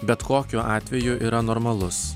bet kokiu atveju yra normalus